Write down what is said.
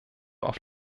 auf